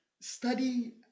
study